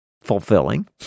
fulfilling